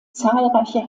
zahlreiche